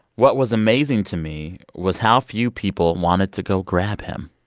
what was amazing to me was how few people wanted to go grab him.